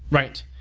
right.